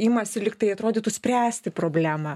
imasi lygtai atrodytų spręsti problemą